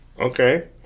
okay